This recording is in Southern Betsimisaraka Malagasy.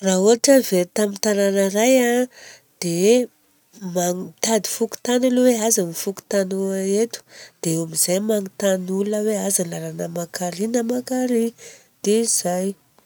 Raha ohatra very tamin'ny tanana iray a dia mitady fokotany aloha e, aiza ny fokotany eto? Dia eo amizay magnotany olona hoe aiza ny lalana maka ary na maka ary. Dia izay!